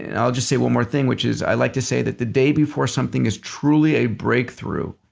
and i'll just say one more thing, which is i like to say that the day before something is truly a breakthrough,